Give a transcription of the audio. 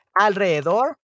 alrededor